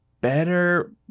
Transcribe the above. better